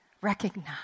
recognize